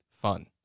fun